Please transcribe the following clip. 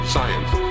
Science